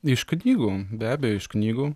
iš knygų be abejo iš knygų